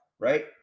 Right